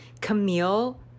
camille